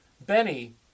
Benny